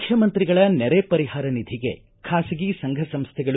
ಮುಖ್ಯಮಂತ್ರಿಗಳ ನೆರೆ ಪರಿಹಾರ ನಿಧಿಗೆ ಖಾಸಗಿ ಸಂಘ ಸಂಸ್ಥೆಗಳು